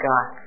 God